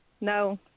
No